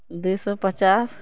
दुइ सओ पचास